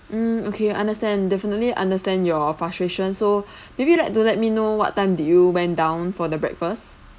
mm okay understand definitely understand your frustration so maybe you'd like to let me know what time did you went down for the breakfast